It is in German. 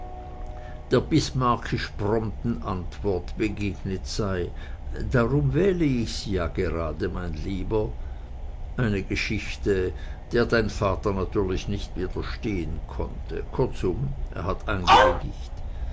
der bismarckisch prompten antwort begegnet sei darum wähle ich sie ja gerade mein lieber eine geschichte der dein vater natürlich nicht widerstehen konnte kurzum er hat eingewilligt